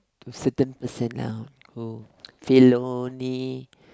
to certain percent lah who fellow only